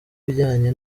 ibijyanye